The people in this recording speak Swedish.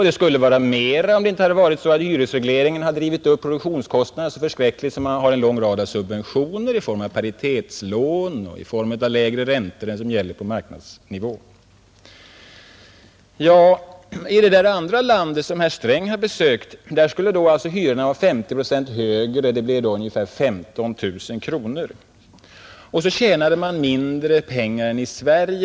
Det skulle vara ännu mera, om inte hyresregleringen hade drivit upp produktionskostnaden så förskräckligt högt att man måst införa en rad subventioner i form av paritetslån och i form av lägre räntor än som gäller i övrigt. Ja, i det där andra landet som herr Sträng har besökt, skulle hyrorna alltså vara 50 procent högre. Det blev då ungefär 15 000 kronor. Och så tjänade man mindre pengar än i Sverige.